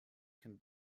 can